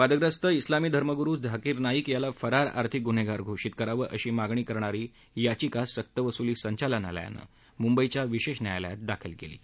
वादग्रस्त इस्लामी धर्मगुरु झाकीर नाईक याला फरार आर्थिक गुन्हेगार घोषित करावं अशी मागणी करणारी याचिका सक्तवसुली संचालनालयानं मुंबईच्या विशेष न्यायालयात दाखल केला आहे